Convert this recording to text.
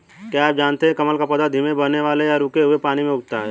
क्या आप जानते है कमल का पौधा धीमे बहने वाले या रुके हुए पानी में उगता है?